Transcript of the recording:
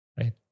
Right